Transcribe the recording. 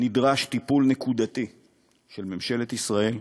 נדרש טיפול נקודתי של ממשלת ישראל,